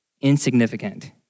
insignificant